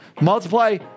Multiply